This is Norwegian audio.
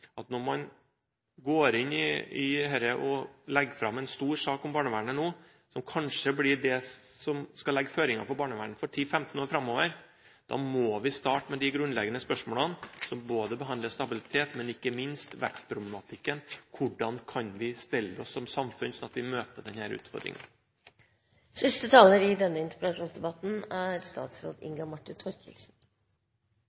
Når man går inn i dette og legger fram en stor sak om barnevernet nå – som kanskje blir det som skal legge føringer for barnevernet for 10–15 år framover – må man starte med de grunnleggende spørsmålene, som omhandler både stabilitet og ikke minst vekstproblematikken. Hvordan kan vi stille oss som samfunn, for å møte den utfordringen? La meg starte med å takke for en god debatt. Det er